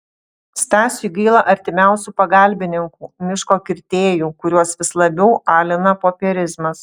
stasiui gaila artimiausių pagalbininkų miško kirtėjų kuriuos vis labiau alina popierizmas